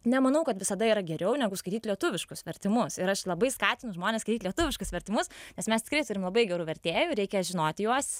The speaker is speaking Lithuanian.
nemanau kad visada yra geriau negu skaityt lietuviškus vertimus ir aš labai skatinu žmones skaityt lietuviškus vertimus nes mes tikrai turim labai gerų vertėjų reikia žinoti juos